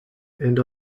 and